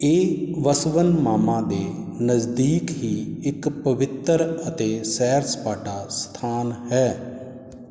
ਇਹ ਬਸਵਨ ਮਾਮਾ ਦੇ ਨਜ਼ਦੀਕ ਹੀ ਇੱਕ ਪਵਿੱਤਰ ਅਤੇ ਸੈਰ ਸਪਾਟਾ ਸਥਾਨ ਹੈ